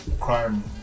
crime